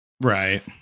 Right